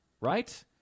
right